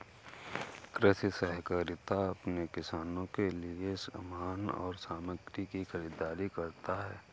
कृषि सहकारिता अपने किसानों के लिए समान और सामग्री की खरीदारी करता है